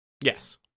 Yes